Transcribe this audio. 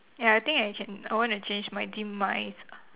ya I think I can I want to change my demise